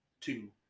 two